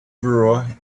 brewer